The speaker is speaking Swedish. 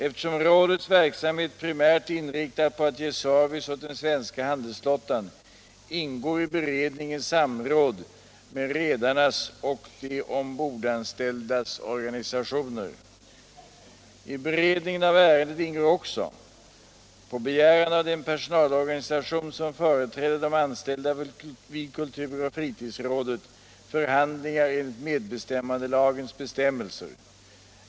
Eftersom rådets verksamhet primärt är inriktad på att ge service åt den svenska handelsflottan ingår i beredningen samråd med redarnas och de ombordanställdas organisationer. I beredningen av ärendet ingår också — på begäran av den personalorganisation som företräder de anställda vid kulturoch fritidsrådet — förhandlingar enligt medbestämmandelagens bestämmelser.